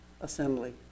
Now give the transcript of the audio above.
assembly